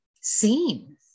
seen